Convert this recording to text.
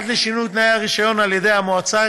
עד לשינוי תנאי הרישיון על-ידי המועצה,